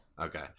okay